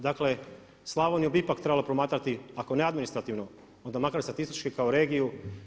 Dakle, Slavoniju bi ipak trebalo promatrati ako ne administrativno, onda makar statistički kao regiju.